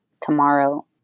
tomorrow